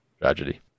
Tragedy